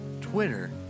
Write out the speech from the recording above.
Twitter